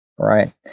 Right